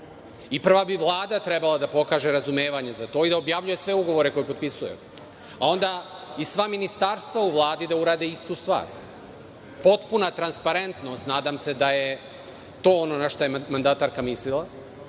Prva bi Vlada trebala da pokaže razumevanje za to i da objavljuje sve ugovore koje potpisuje, a onda i sva ministarstva u Vladi da urade istu stvar. Potpuna transparentnost, nadam se da je to ono na šta je mandatarka mislila.